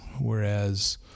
whereas